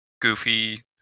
goofy